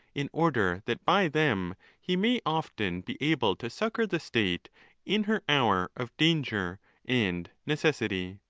in order that by them he may often be able to succour the state in her hour of danger and necessity.